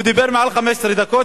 הוא דיבר יותר מ-15 דקות,